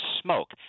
smoke